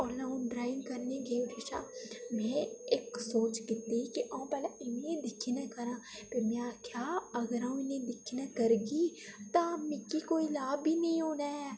होर अं'ऊ ड्राइंग करने गी गेई में इक सोच कीती कि अं'ऊ पैह्लें इ'नेंगी दिक्खियै लग्गा दा ते में आक्खेआ अगर अं'ऊ इ'नेंगी दिक्खियै करगी तां मिगी कोई लाह् बी निं होना ऐ